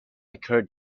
occurred